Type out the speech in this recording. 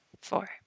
four